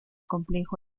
complejo